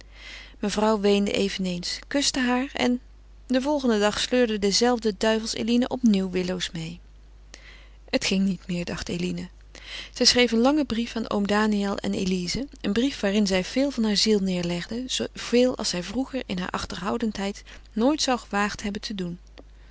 mevrouw weende eveneens kuste haar en den volgenden dag sleurden dezelfde duivels eline opnieuw willoos meê het ging niet meer dacht eline zij schreef een langen brief aan oom daniël en elize een brief waarin zij veel van hare ziel neêrlegde zooveel als zij vroeger in hare achterhoudendheid nooit zou gewaagd hebben te doen